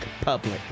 public